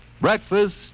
Breakfast